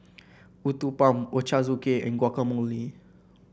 Uthapam Ochazuke and Guacamole